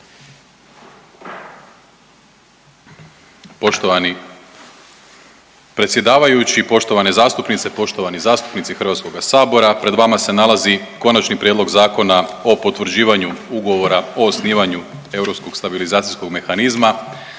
Poštovani predsjedavajući, poštovane zastupnice, poštovani zastupnici HS-a. Pred vama se nalazi Konačni prijedlog Zakona o potvrđivanju Ugovora o osnivanju Europskog